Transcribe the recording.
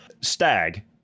stag